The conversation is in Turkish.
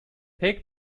pek